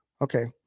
Okay